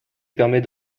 permet